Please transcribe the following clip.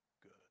good